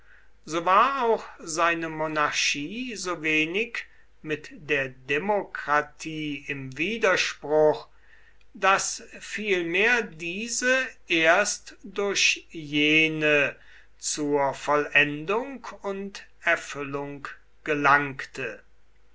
so war auch seine monarchie so wenig mit der demokratie im widerspruch daß vielmehr diese erst durch jene zur vollendung und erfüllung gelangte